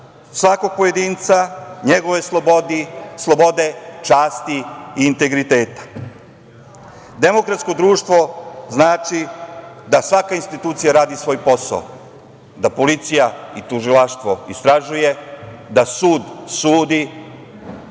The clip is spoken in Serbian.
svakog pojedinca, njegove slobode, časti i integriteta. Demokratsko društvo znači da svaka institucija radi svoj posao, da policija i tužilaštvo istražuje, da sud sudi.